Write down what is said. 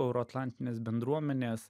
euroatlantinės bendruomenės